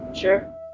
sure